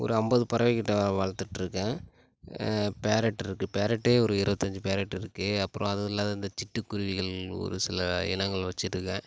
ஒரு ஐம்பது பறவைக்கிட்ட வளர்த்துட்டு இருக்கேன் பேரட் இருக்குது பேரட்டே ஒரு இருபத்தஞ்சு பேரட் இருக்குது அப்புறம் அது இல்லாத இந்தச் சிட்டுக்குருவிகள் ஒரு சில இனங்கள் வச்சிகிட்ருக்கேன்